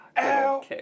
ow